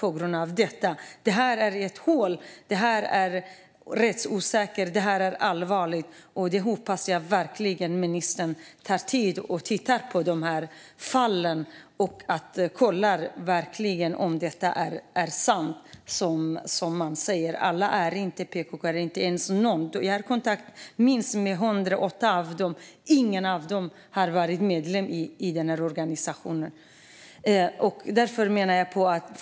Här finns ett hål, det är rättsosäkert och allvarligt. Jag hoppas verkligen ministern tar sig tid att titta på fallen och undersöker om det som sägs är sant. Alla är inte PKK:are. Jag har kontakt med minst 108, och ingen av dem har varit medlem i organisationen.